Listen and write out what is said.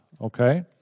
Okay